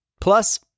Plus